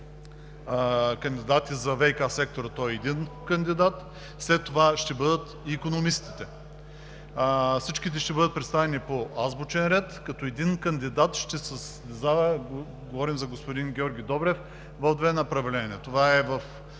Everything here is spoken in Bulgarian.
кандидати за ВиК сектора – той е един кандидат, след това ще бъдат икономистите. Всички ще бъдат представени по азбучен ред, като един кандидат – говорим за господин Георги Добрев – ще се състезава в